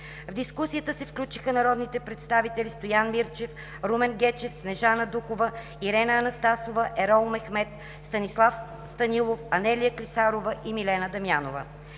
В дискусията се включиха народните представители Стоян Мирчев, Румен Гечев, Снежана Дукова, Ирена Анастасова, Ерол Мехмед, Станислав Станилов, Анелия Клисарова и Милена Дамянова.